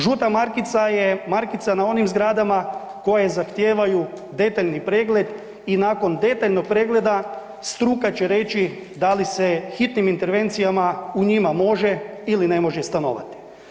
Žuta markica je markica na onim zgradama koje zahtijevaju detaljni pregled i nakon detaljnog pregleda struka će reći da li se hitnim intervencijama u njima može ili ne može stanovati.